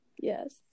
Yes